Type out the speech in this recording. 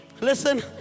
Listen